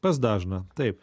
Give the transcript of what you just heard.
pas dažną taip